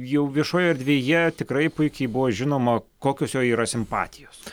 jau viešoje erdvėje tikrai puikiai buvo žinoma kokios jo yra simpatijos